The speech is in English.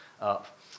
up